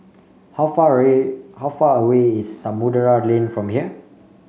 how far away how far away is Samudera Lane from here